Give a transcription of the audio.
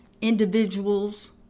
Individuals